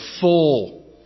full